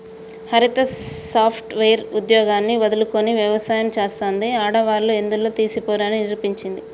హరిత software ఉద్యోగాన్ని వదులుకొని వ్యవసాయం చెస్తాంది, ఆడవాళ్లు ఎందులో తీసిపోరు అని నిరూపించింది